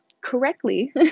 correctly